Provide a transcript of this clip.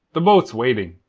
the boat's waiting.